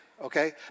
okay